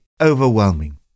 overwhelming